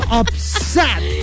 upset